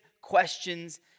questions